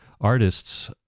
artists